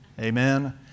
Amen